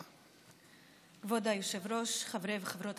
רמיסת